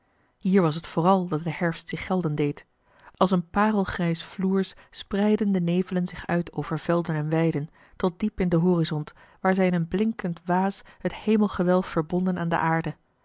hier was t vooral dat de herfst zich gelden deed als een parelgrijs floers spreidden de nevelen zich uit over velden en weiden tot diep in den horizont waar zij in een blinkend waas het hemelgewelf verbonden aan de aarde